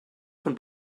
von